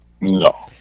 no